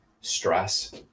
stress